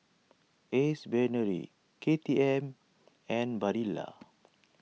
Ace Brainery K T M and Barilla